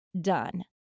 done